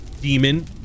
demon